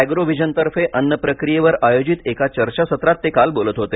अॅग्रोव्हिजनतर्फे अन्न प्रक्रियेवर आयोजित एका चर्चासत्रात ते काल बोलत होते